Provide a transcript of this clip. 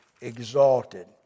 exalted